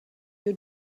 your